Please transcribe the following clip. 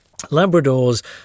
labradors